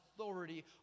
authority